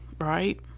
right